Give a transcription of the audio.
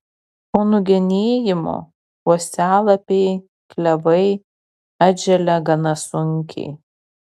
po nugenėjimo uosialapiai klevai atželia gana sunkiai